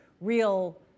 real